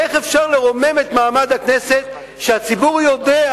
איך אפשר לרומם את מעמד הכנסת כשהציבור יודע,